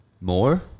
more